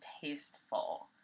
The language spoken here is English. tasteful